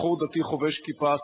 בחור דתי חובש כיפה,